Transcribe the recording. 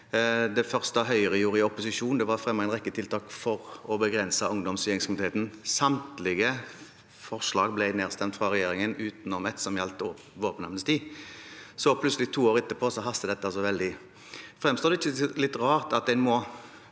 Det første Høyre gjorde i opposisjon, var å fremme en rekke tiltak for å begrense ungdoms- og gjengkriminaliteten. Samtlige forslag ble nedstemt fra regjeringen, utenom ett som gjaldt våpenamnesti. Så plutselig, to år etterpå, haster dette så veldig. Fremstår det ikke litt rart at en må